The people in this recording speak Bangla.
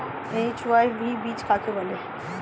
এইচ.ওয়াই.ভি বীজ কাকে বলে?